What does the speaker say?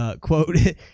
Quote